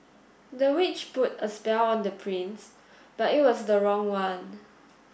the witch put a spell on the prince but it was the wrong one